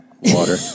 Water